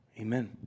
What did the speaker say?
Amen